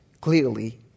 clearly